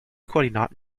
koordinaten